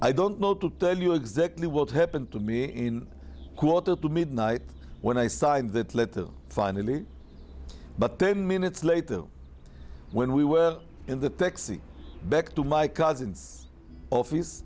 i don't know to tell you exactly what happened to me in a quarter to midnight when i signed that letter finally but then minutes later when we were in the taxi back to my cousin's office